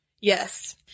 Yes